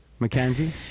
McKenzie